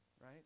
right